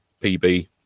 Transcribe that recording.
PB